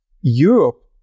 Europe